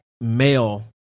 male